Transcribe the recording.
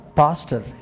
pastor